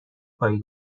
پایه